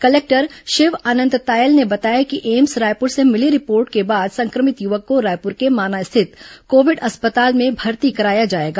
collector Shiv Anant Tayal ने बताया कि एम्स रायपुर से मिली रिपोर्ट को बाद संक्रमित युवक को रायपुर के माना स्थित कोविड अस्पताल में भर्ती कराया जाएगा